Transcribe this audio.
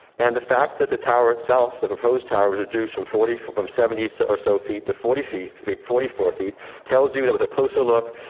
and the fact that the tower itself, the proposed tower was to do some forty four from seventy so or so feet to forty feet. forty four feet tells you that with a closer look,